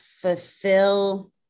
fulfill